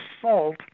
assault